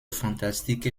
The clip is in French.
fantastique